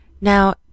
Now